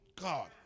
God